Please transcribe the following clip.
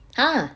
!huh!